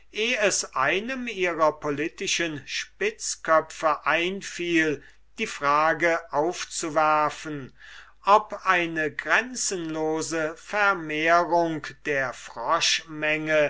es einem ihrer philosophen einfiel die frage aufzuwerfen ob eine grenzenlose vermehrung der